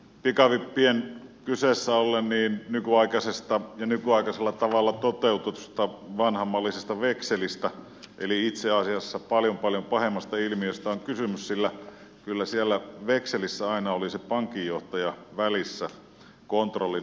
pikavippien kyseessä ollen nykyaikaisesta ja nykyaikaisella tavalla toteutetusta vanhanmallisesta vekselistä itse asiassa paljon paljon pahemmasta ilmiöstä on kysymys sillä kyllä siellä vekselissä aina oli se pankinjohtaja välissä kontrollina